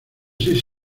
seis